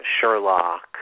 Sherlock